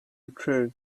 occur